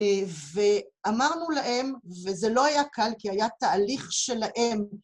ואמרנו להם, וזה לא היה קל כי היה תהליך שלהם